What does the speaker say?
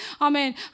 Amen